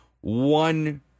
one